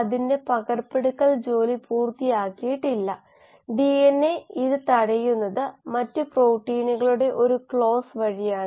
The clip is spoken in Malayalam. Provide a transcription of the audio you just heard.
അതുപോലെ Dയെ സംബന്ധിച്ചിടത്തോളം ഇത് ഇവിടെ ഈ രാസപ്രവർത്തനത്തിലൂടെ r4 എന്ന നിരക്കിൽ ഉൽപാദിപ്പിക്കുന്നു ഇൻപുട്ടും ഔട്ട്പുട്ടും ഉപഭോഗ നിബന്ധനകളും പൂജ്യമാണ്